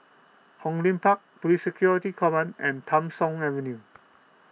Hong Lim Park Police Security Command and Tham Soong Avenue